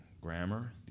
grammar